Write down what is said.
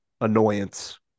annoyance